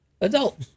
Adult